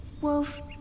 wolf